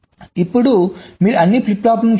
ఇప్పుడు మీరు అన్ని ఫ్లిప్ ఫ్లాప్లను చూడండి